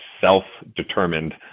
self-determined